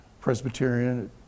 Presbyterian